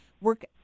work